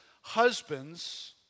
husbands